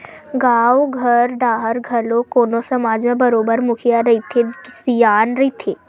गाँव घर डाहर घलो कोनो समाज म बरोबर मुखिया रहिथे, सियान रहिथे